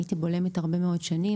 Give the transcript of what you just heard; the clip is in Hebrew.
הייתי בולמית הרבה מאוד שנים,